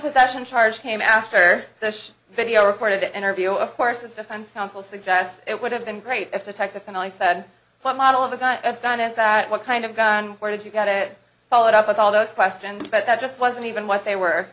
possession charge came after this video recorded interview of course the defense counsel suggests it would have been great if the text and i said what model of the gun down is that what kind of gun where did you get it followed up with all those questions but that just wasn't even what they were